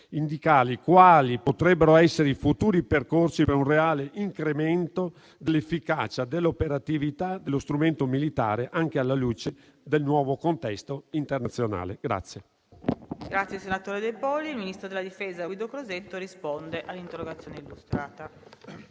indicare quali potrebbero essere i futuri percorsi per un reale incremento dell'efficacia e dell'operatività dello strumento militare, anche alla luce del nuovo contesto internazionale.